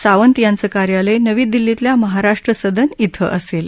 सावंत यांचं कार्यालय नवी दिल्लीतल्या महाराष्ट्र सदन इथं असेल